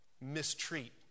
mistreat